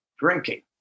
drinking